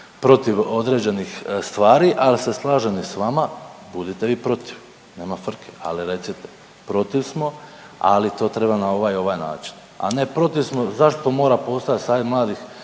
protiv određenih stvari. Ali se slažem i sa vama budite i protiv, nema frke, ali dajte protiv smo, ali to treba na ovaj i ovaj način. A ne protiv smo, zašto mora postojati Savjet mladih